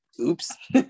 Oops